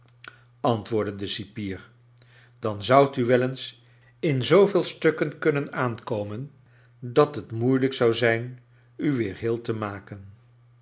antwoordde de cipier dan zoudt u wel eens in zooveel stukken kunnen aankomen dat he moeilijk zou zijn u weer heel te maken